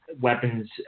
weapons